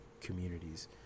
communities